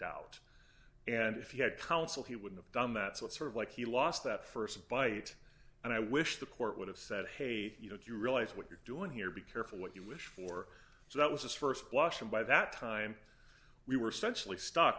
out and if you had counsel he would have done that so it sort of like he lost that st bite and i wish the court would have said hey you know do you realize what you're doing here be careful what you wish for so that was st blush and by that time we were sensually stock